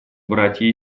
братья